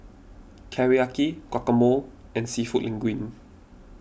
Teriyaki Guacamole and Seafood Linguine